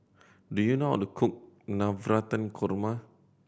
do you know how to cook Navratan Korma